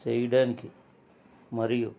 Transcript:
చేయడానికి మరియు